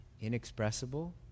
inexpressible